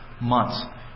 months